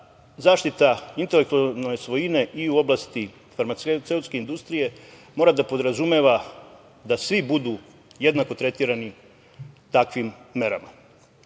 zaštita intelektualne svojine i u oblasti farmaceutske industrije mora da podrazumeva da svi budu jednako tretirani takvim